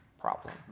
problem